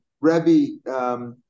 Rebbe